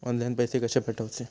Online पैसे कशे पाठवचे?